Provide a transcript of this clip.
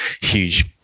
huge